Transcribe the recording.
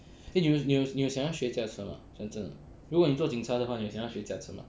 eh 你有你有想要学驾车吗讲真的如果你做警察的话你有想要学驾车吗